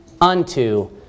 unto